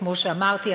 וכמו שאמרתי,